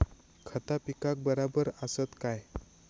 खता पिकाक बराबर आसत काय?